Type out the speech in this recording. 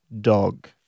Dog